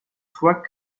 toit